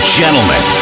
gentlemen